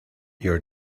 your